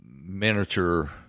miniature